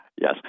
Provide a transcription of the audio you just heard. Yes